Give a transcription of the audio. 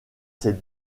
ses